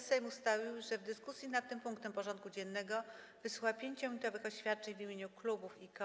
Sejm ustalił, że w dyskusji nad tym punktem porządku dziennego wysłucha 5-minutowych oświadczeń w imieniu klubów i koła.